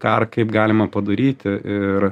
ką ir kaip galima padaryti ir